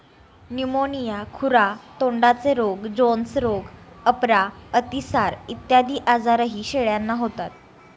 pneumonia, खुरा तोंडाचे रोग, जोन्स रोग, अपरा, अतिसार इत्यादी आजारही शेळ्यांना होतात